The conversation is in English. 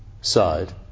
side